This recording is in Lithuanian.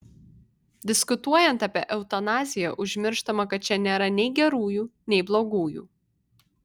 diskutuojant apie eutanaziją užmirštama kad čia nėra nei gerųjų nei blogųjų